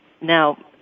Now